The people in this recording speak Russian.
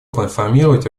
проинформировать